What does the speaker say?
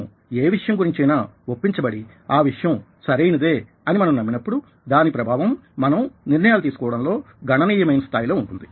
మనం ఏ విషయం గురించైనా ఒప్పించబడి ఆ విషయం సరి అయినదే అని మనం నమ్మినప్పుడు దాని ప్రభావం మనం నిర్ణయాలు తీసుకోవడంలో గణనీయమైన స్థాయిలో ఉంటుంది